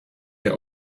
der